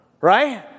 right